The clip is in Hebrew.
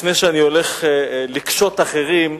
שלפני שאני הולך לקשוט אחרים,